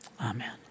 Amen